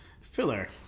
Filler